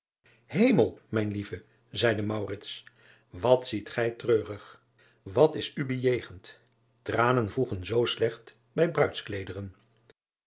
emel mijn lieve zeide wat ziet gij treurig at is u bejegend ranen voegen zoo slecht bij